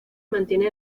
mantiene